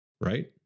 right